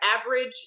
average